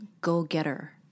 go-getter